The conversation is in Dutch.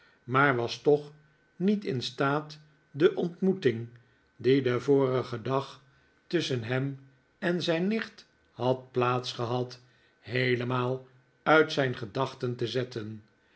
maar was toch niet in staat de ontmoeting die den vorigen dag tusschen hem en zijn nicht had plaats gehad heelemaal uit zijn gedachten te zetten